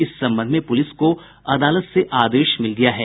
इस संबंध में पुलिस को अदालत से आदेश मिल गया है